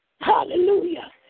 Hallelujah